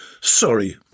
Sorry